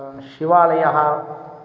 शिवालयः